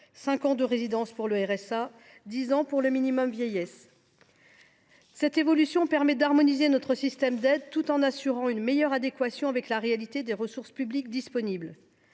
ans de résidence pour le RSA, dix ans pour le minimum vieillesse. L’évolution proposée permet d’harmoniser notre système d’aides tout en assurant une meilleure adéquation avec la réalité des ressources publiques disponibles.